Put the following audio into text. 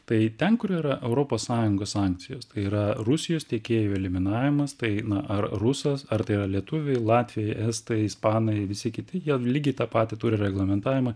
tai ten kur yra europos sąjungos sankcijos tai yra rusijos tiekėjų eliminavimas tai na ar rusas ar tai yra lietuviai latviai estai ispanai visi kiti jie lygiai tą patį turi reglamentavimą